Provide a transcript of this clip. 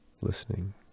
listening